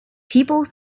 people